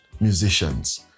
musicians